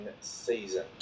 season